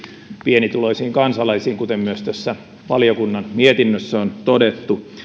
pienituloisiin kansalaisiin kuten myös tässä valiokunnan mietinnössä on todettu